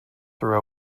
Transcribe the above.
through